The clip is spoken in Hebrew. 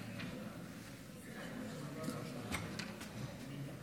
מכובדי היושב-ראש,